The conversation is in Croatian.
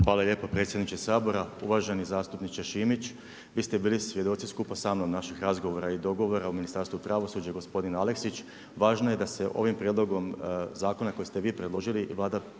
Hvala lijepo predsjedniče Sabora. Uvaženi zastupniče Šimić, vi ste bili svjedoci skupa sa mnom naših razgovora i dogovora u Ministarstvu pravosuđa gospodin Aleksić. Važno je da se ovim prijedlogom zakona koji ste vi predložili Vlada prihvatila